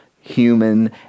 human